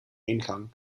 ingang